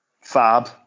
Fab